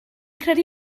credu